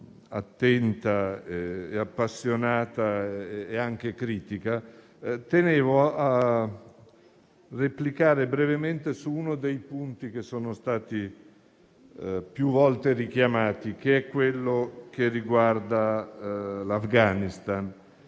attenta, appassionata e anche critica, tenevo a replicare brevemente su uno dei punti che sono stati più volte richiamati, che è quello che riguarda l'Afghanistan.